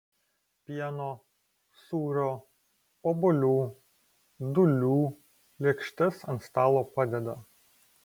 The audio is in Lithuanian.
pieno sūrio obuolių dūlių lėkštes ant stalo padeda